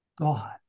God